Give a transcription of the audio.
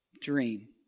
dream